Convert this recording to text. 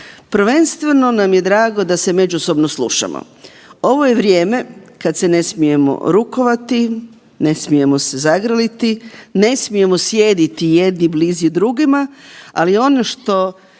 Prvenstveno nam je drago da se međusobno slušamo, ovo je vrijeme kad se ne smijemo rukovati, ne smijemo se zagrliti, ne smijemo sjediti jedni blizu drugima, ali ono što